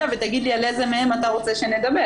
ותגיד לי על איזה מהם אתה רוצה שנדבר,